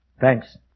Thanks